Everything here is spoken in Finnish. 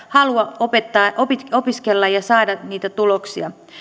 halua opiskella ja saada niitä tuloksia